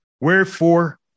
Wherefore